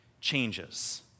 changes